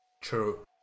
True